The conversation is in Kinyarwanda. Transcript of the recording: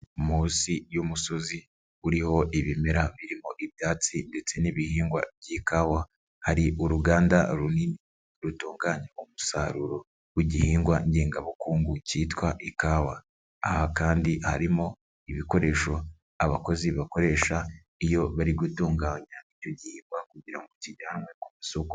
Munsi y'umusozi uriho ibimera birimo ibyatsi ndetse n'ibihingwa by'ikawa. Hari uruganda runini rutunganya umusaruro w'igihingwa ngengabukungu kitwa ikawa. Aha kandi harimo ibikoresho abakozi bakoresha iyo bari gutunganya icyo gihingwa kugira ngo kijyanywe ku isoko.